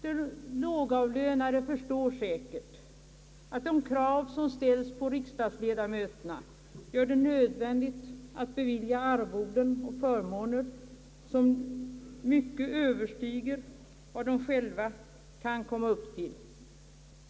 De lågavlönade förstår säkert att de krav som ställs på riksdagsledamöterna gör det nödvändigt att bevilja arvoden och förmåner som mycket överstiger vad de själva kan komma upp till.